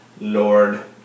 lord